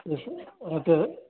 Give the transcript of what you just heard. ए त्यसो